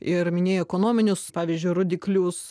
ir minėjai ekonominius pavyzdžiui rodiklius